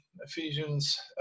Ephesians